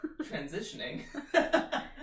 Transitioning